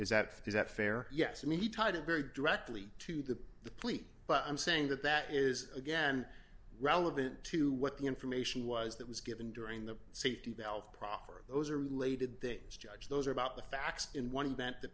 is that is that fair yes i mean he tied a very directly to the the plea but i'm saying that that is again relevant to what the information was that was given during the safety valve proffer those are related things judge those are about the facts in one bent the